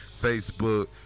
Facebook